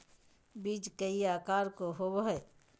बीज कई आकार के होबो हइ